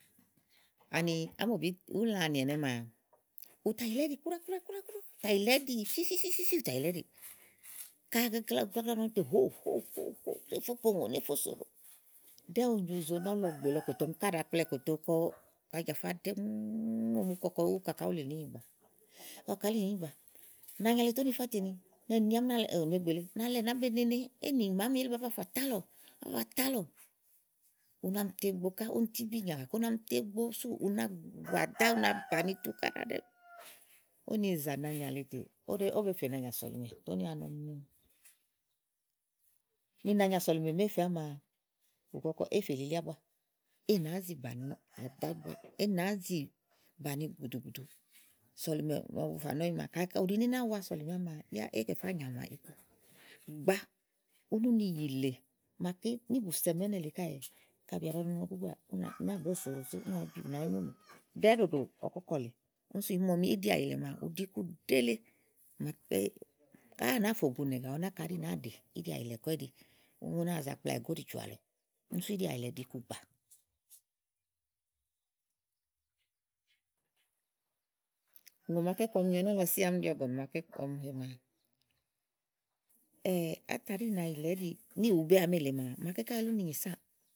Ani ámòbi úlããnì ɛnɛ́ maa, ù tà yìlɛ̀ íɖi kúɖá kúɖá kúɖáà, ù tà yìlɛ̀ iɖi fífífífífíì, ù tà yìlɛ̀ íɖìì. ka à gagla, ù gagla ɖàa nɔ tè hóó hòó hòó hòóò ni éyi fó pòo ùŋòni éè fó sòo iɖo, ɖɛ́ɛ́ úni ɖi ìzo nɔ̀lɔ ìgbèwèe ɔmi ká ɖàa kplɔ̀ kòtò kɔ. Ájafá ɖɛ́ŋúú ɔmi ukɔkɔ kàá wulì níìnyì gba, kɔ kàá wulì níìnyìgba nàanyàle tè úni yifátè ni ɛ̀ni àámi ò nù egbè le ni alɛ nàá be nene, éyi nì màámi áwá bàá ba fà tálɔ̀ áwá báa tálɔ, u na mi to ígbo ká úni tíbí nyàa gàké u na mi to igbo súù u na bù ádá u na na bàni tukáɖá ɖɛ́ŋúú. úni ìyìzà le nàanyà tè ówó befè nàanyà sɔ̀lìmè ètè úni wa nɔmi ni ni nàanyà sɔ̀lìmè màa éè fè ámi maa, ù kɔ kɔ ée fè lili ábua, é nàáá zi bàni àdá bua, é nàáá zi bàni gbùdù gbùdùù sɔ̀lìmè màa ɔmi fà nɛ̀ ányi maa ù ɖi ní í nà wa sɔ̀lìmè àámi maa yá é kɛ fá nyàmà li. Gbàa, úni uni yìlè màaké níì bùsɛ màa ínɛ lèe káèè kayi bìà bù ɖa nɔ ɔnɔ gúgúà ù bó dò iɖosó káèè u nàáá nyónùbìàà ɖɛ́ɛ́ ɖòɖò ɔkɔ̀kɔ̀ lèe úni sú ìí mu ni íɖìàyìlɛ màa ù ɖi iku ɖèé le màa ké, káyí à nàáa fò gu nì ègàà, ɔwɔ náká ɛɖí nàáa ɖè íɖìàyìlɛ̀ kɔ íɖì, ú náa za kplawɛ̀ go úɖìjɔ̀à lɔ úni sú íɖìàyìlɛ̀ ɖìi iku gbàa ùŋò màaké ku ɔmi nyo ɛnɛ́lɔsíã àámi úni ɖì ɔ̀gɔ̀nì màaké ɔmi he maa á tà ɖí ì na yìlɛ̀ íɖì níìwubé àámi èle maa màaké káyí elí úni nyì sáà.